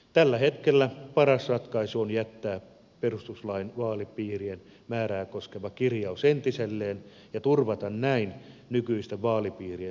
tällä hetkellä paras ratkaisu on jättää perustuslain vaalipiirien määrää koskeva kirjaus entiselleen ja turvata näin nykyisten vaalipiirien säilyminen